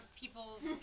people's